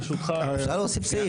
אפשר להוסיף סעיף